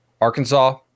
Arkansas